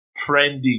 trendy